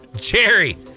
Jerry